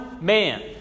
man